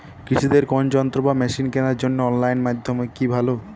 কৃষিদের কোন যন্ত্র বা মেশিন কেনার জন্য অনলাইন মাধ্যম কি ভালো?